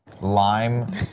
lime